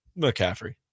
mccaffrey